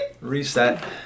reset